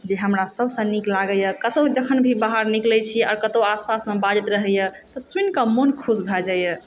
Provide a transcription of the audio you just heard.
जे हमरा सबसँ नीक लागैए कतौ जखन भी बाहर निकलै छी आओर कतौ भी आसपास बाजैत रहैए तऽ सुनि कऽ मोन खुश भए जाइए